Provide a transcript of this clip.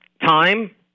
time